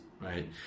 right